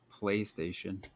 PlayStation